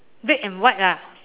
red and white ah